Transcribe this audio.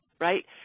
right